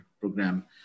program